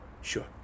Sure